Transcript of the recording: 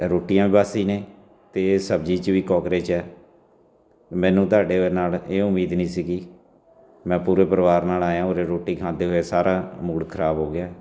ਰੋਟੀਆਂ ਬਾਸੀ ਨੇ ਅਤੇ ਸਬਜ਼ੀ 'ਚ ਵੀ ਕੋਕਰੇਚ ਹੈ ਮੈਨੂੰ ਤੁਹਾਡੇ ਨਾਲ ਇਹ ਉਮੀਦ ਨਹੀਂ ਸੀਗੀ ਮੈਂ ਪੂਰੇ ਪਰਿਵਾਰ ਨਾਲ ਆਇਆ ਉਰੇ ਰੋਟੀ ਖਾਂਦੇ ਹੋਏ ਸਾਰਾ ਮੂੜ ਖਰਾਬ ਹੋ ਗਿਆ